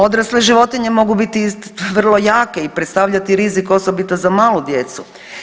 Odrasle životinje mogu biti vrlo jake i predstavljati rizik, osobito za malu djecu.